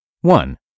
One